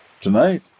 tonight